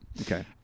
okay